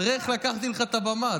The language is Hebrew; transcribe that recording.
תראה איך לקחתי לך את הבמה,